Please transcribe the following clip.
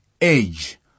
age